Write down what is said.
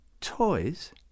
Toys